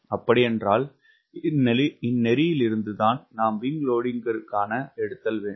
அப்படியென்றால் இந்நெறியிலிருந்து தான் நாம் விங்க் லோடிங்க்தனை எடுத்தல் வேண்டும்